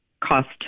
cost